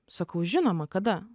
sakau žinoma kada